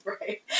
right